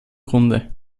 grunde